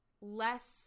less